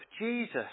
Jesus